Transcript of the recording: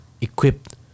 equipped